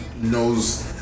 knows